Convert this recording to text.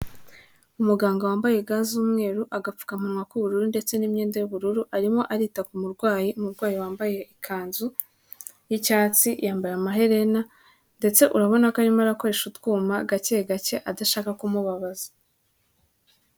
Umuganga wambaye ga z'umweru, agapfukamunwa k'ubururu ndetse n'imyenda y'ubururu, arimo arita ku murwayi, umurwayi wambaye ikanzu y'icyatsi yambaye amaherena ndetse urabona ko arimo arakoresha utwuma gake gake adashaka kumubabaza.